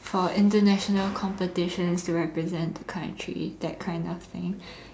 for international competitions to represent the country that kind of thing